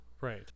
Right